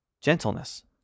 gentleness